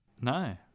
No